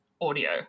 audio